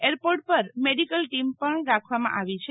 airport પર medical team પર રાખવામાં આવી છે